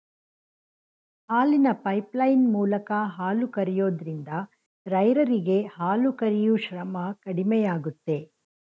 ಹಾಲಿನ ಪೈಪ್ಲೈನ್ ಮೂಲಕ ಹಾಲು ಕರಿಯೋದ್ರಿಂದ ರೈರರಿಗೆ ಹಾಲು ಕರಿಯೂ ಶ್ರಮ ಕಡಿಮೆಯಾಗುತ್ತೆ